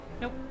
Nope